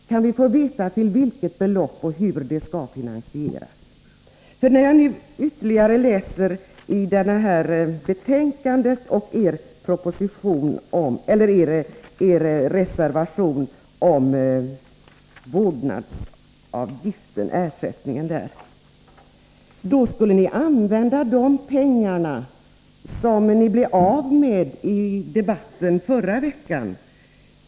Kan vi få veta till vilket belopp och hur det skall finansieras? När jag läser er reservation om vårdnadsersättningen slår det mig att ni skulle använda de pengar som ni blev av med i debatten förra veckan.